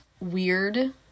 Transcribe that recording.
weird